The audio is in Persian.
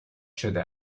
شده